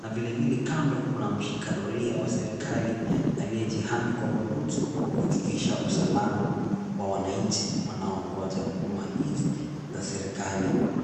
na vile vile kando kuna mshikadoria wa serikali aliyejihami kwa bunduki kuhakikisha usalama wa wananchi wanaoongoja huduma hizi, na serikali.